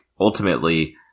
ultimately